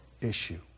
issue